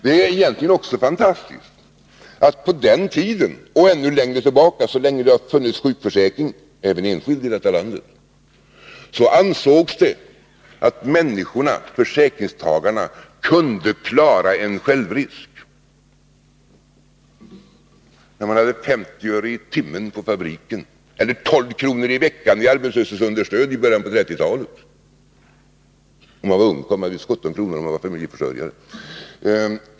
Det är egentligen också fantastiskt att det på den tiden och ännu längre tillbaka — så länge det har funnits sjukförsäkring, även enskilt, i detta land — ansågs att människorna, försäkringstagarna, kunde klara en självrisk. Då hade man 50 öre i timmen på fabriken. I början av 1930-talet hade man 12 kr. i veckan i arbetslöshetsunderstöd om man var ungkarl och 17 kr. om man var familjeförsörjare.